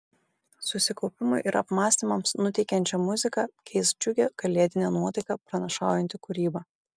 susikaupimui ir apmąstymams nuteikiančią muziką keis džiugią kalėdinę nuotaiką pranašaujanti kūryba